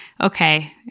okay